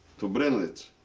to brinnlitz.